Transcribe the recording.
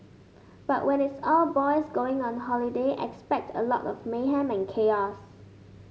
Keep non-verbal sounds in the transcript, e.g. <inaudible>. but when it's all boys going on holiday expect a lot of mayhem and <unintelligible>